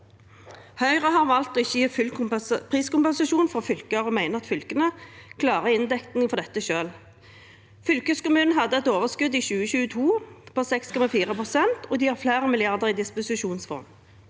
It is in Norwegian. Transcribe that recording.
Høyre har valgt å ikke gi full priskompensasjon til fylker og mener at fylkene selv klarer inndekning for dette. Fylkeskommunene hadde et overskudd i 2022 på 6,4 pst., og de har flere milliarder kroner i disposisjonsfond.